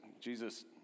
Jesus